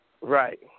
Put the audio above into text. Right